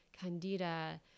candida